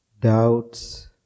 doubts